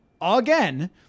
Again